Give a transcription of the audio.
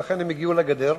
ולכן הם הגיעו לגדר